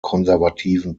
konservativen